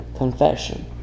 confession